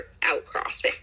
outcrossing